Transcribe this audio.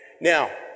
Now